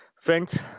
Friends